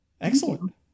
Excellent